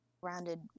Grounded